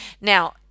Now